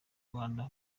rwanda